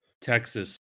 Texas